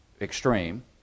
extreme